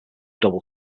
double